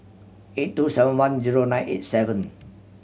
eight two seven one zero nine eight seven